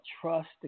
trust